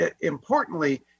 importantly